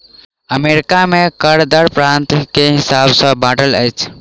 America में कर दर प्रान्त के हिसाब सॅ बाँटल अछि